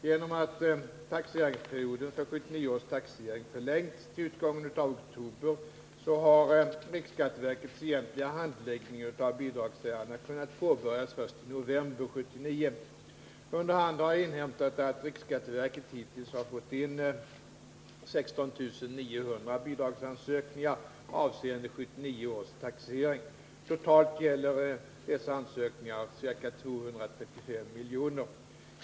Genom att taxeringsperioden för 1979 års taxering förlängts till utgången av oktober månad har riksskatteverkets egentliga handläggning av bidragsärendena kunnat påbörjas först i november 1979. Under hand har jag inhämtat att riksskatteverket hittills fått in 16 900 bidragsansökningar avseende 1979 års taxering. Totalt gäller dessa ansökningar ca 235 milj.kr.